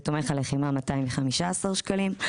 ותומך הלחימה 215 שקלים,